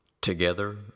Together